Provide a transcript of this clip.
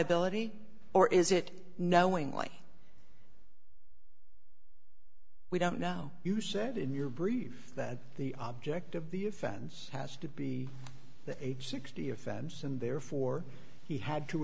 liability or is it knowingly we don't know you said in your brief that the object of the offense has to be the age sixty offense and therefore he had to